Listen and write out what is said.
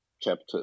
Chapter